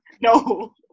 No